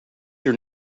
your